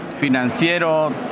financiero